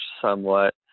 somewhat